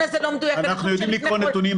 ההוא וההוא לא מדויקים --- אנחנו יודעים לקרוא נתונים.